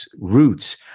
roots